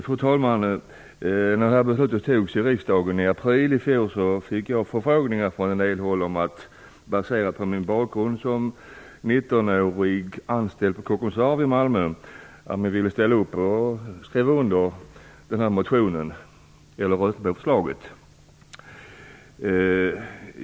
Fru talman! När beslutet om kreditgarantisystemet togs i riksdagen i april i fjol, fick jag från en del håll förfrågningar - med tanke på min bakgrund som 19 årig anställd vid Kockums Varv i Malmö - om jag ville ställa upp och rösta för förslaget.